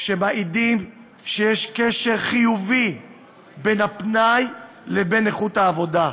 שמעידים שיש קשר חיובי בין הפנאי לבין איכות העבודה.